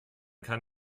kann